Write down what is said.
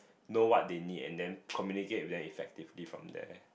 know what they need and then communicate with them effective from there